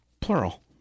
Plural